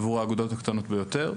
עבור האגודות הקטנות ביותר,